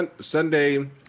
Sunday